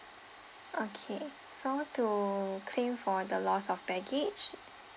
okay so to claim for the lost of baggage